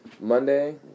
Monday